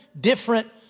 different